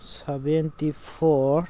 seventy four